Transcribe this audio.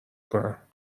کنم